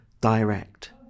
direct